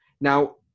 Now